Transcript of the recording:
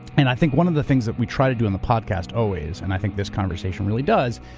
and i think one of the things that we try to do on the podcast always, and i think this conversation really does,